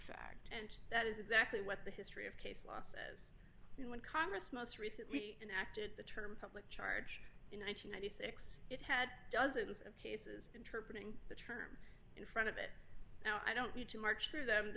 fact and that is exactly what the history of case law says you know when congress most recently enacted the term public charge she ninety six it had dozens of cases in the term in front of it now i don't need to march through them the